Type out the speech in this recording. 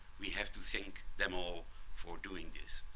we have to thank them all for doing this.